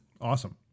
Awesome